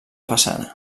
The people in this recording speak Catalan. façana